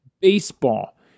baseball